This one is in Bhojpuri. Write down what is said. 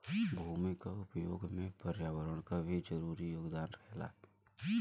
भूमि क उपयोग में पर्यावरण क भी जरूरी योगदान रहेला